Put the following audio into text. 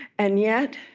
and yet,